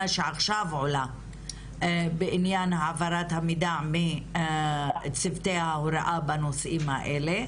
שעכשיו עולה בעניין העברת המידע מצוותי ההוראה בנושאים האלה,